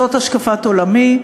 זאת השקפת עולמי,